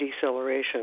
deceleration